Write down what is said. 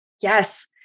Yes